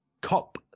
cop